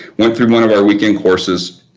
went through one of our weekend courses,